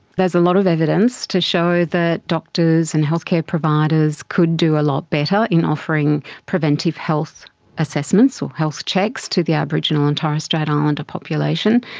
there's a lot of evidence to show that doctors and healthcare providers could do a lot better in offering preventive health assessments or health checks to the aboriginal and torres strait islander population.